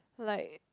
like